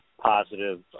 positive